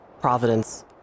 Providence